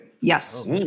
Yes